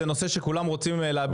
זה נושא שכולם רוצים להביא פה.